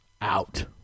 out